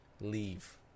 Leave